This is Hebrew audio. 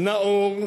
נאור,